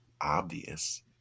obvious